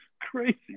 crazy